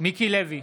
מיקי לוי,